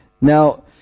Now